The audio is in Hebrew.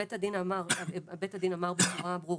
בית הדין אמר בצורה ברורה: